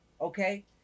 okay